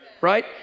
Right